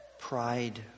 pride